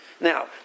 Now